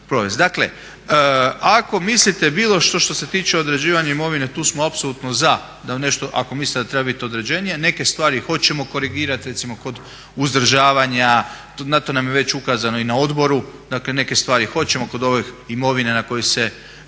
Dakle, ako mislite bilo što što se tiče određivanja imovine tu smo apsolutno za ako mislite da treba biti određenije, neke stvari hoćemo korigirati, recimo kod uzdržavanja, na to nam je već ukazano i na odboru, dakle neke stvari hoćemo kod ove imovine na koju se, koja